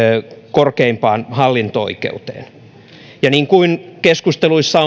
korkeimpaan hallinto oikeuteen ja niin kuin keskusteluissa